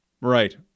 Right